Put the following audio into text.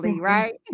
right